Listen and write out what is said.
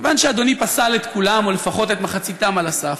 כיוון שאדוני פסל את כולם או לפחות את מחציתם על הסף,